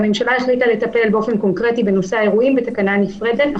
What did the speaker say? והממשלה החליטה לטפל באופן קונקרטי בתקנה נפרדת,